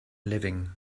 living